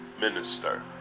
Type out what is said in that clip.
minister